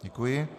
Děkuji.